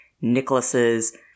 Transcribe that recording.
Nicholas's